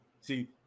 See